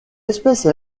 espèce